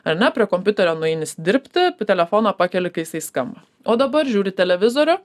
ar ne prie kompiuterio nueini sdirbti tu telefoną pakeli kai jisai skamba o dabar žiūri televizorių